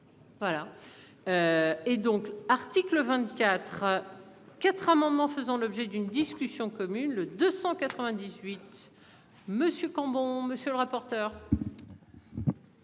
Voilà. Et donc, article 24. 4 amendements faisant l'objet d'une discussion commune le 298. Monsieur Cambon monsieur le rapporteur.